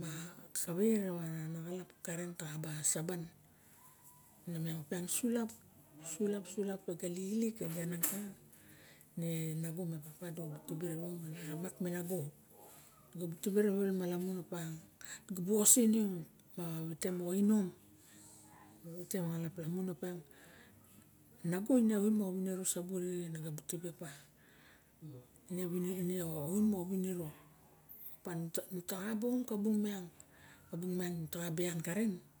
ma kave rana xalap karen ta ba san nemiang sulap sulap meang e ga lixilik arago me papa dipuk tibe rawia me ramak me nago dibu tibe ravio mala opa wite mosxa mom lamun opiang nago ine oin maxa winiro sabu rixen opiang nu ta kaom ka loung iang in taxa b aliau karen.